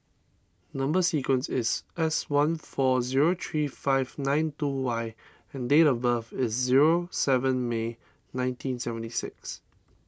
Number Sequence is S one four zero three five nine two Y and date of birth is zero seven May nineteen seventy six